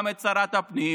גם את שרת הפנים,